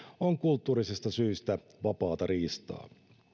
on kulttuurisista syistä vapaata riistaa